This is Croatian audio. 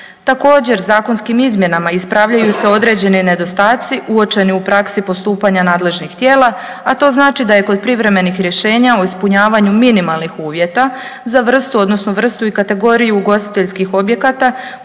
Također zakonskim izmjenama ispravljaju se određeni nedostaci uočeni u praksi postupanja nadležnih tijela, a to znači da je kod privremenih rješenja u ispunjavanju minimalnih uvjeta za vrstu odnosno vrstu i kategoriju ugostiteljskih objekata potrebno dodatno propisati obavezu dostave